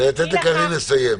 תן לקארין לסיים.